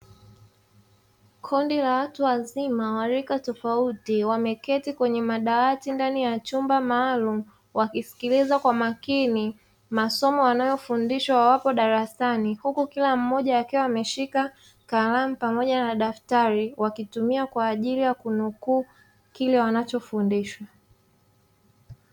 Kundi la watu wazima warika tofauti wameketi kwenye madawati ndani ya chumba maalumu wakisikiliza kwa makini masomo wanayofundishwa wawapo darasani huku kila mmoja akiwa ameshika kalamu pamoja na daftari wakitumia kwa ajili ya kunukuu kile wanachofundishwa.